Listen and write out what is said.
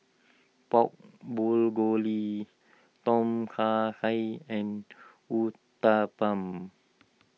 Pork Bulgoli Tom Kha he and Uthapam